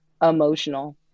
emotional